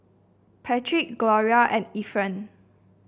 Patrick Gloria and Efren